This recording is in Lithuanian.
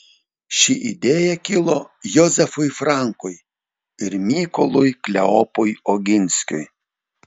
ši idėja kilo jozefui frankui ir mykolui kleopui oginskiui